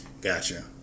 gotcha